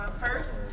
First